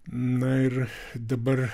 na ir dabar